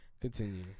Continue